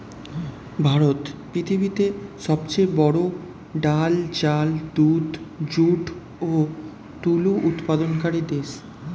ভারত পৃথিবীতে সবচেয়ে বড়ো ডাল, চাল, দুধ, যুট ও তুলো উৎপাদনকারী দেশ